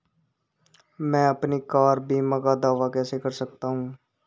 मैं अपनी कार बीमा का दावा कैसे कर सकता हूं?